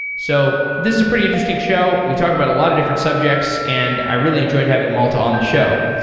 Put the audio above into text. so this is a pretty interesting show. we talked about a lot of different subjects, and i really enjoyed having malte on the show.